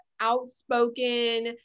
outspoken